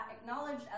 acknowledged